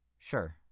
Sure